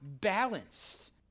balanced